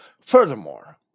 Furthermore